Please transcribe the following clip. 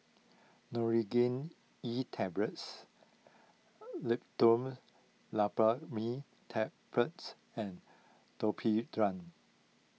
Nurogen E Tablets Loperamide Tablets and Domperidone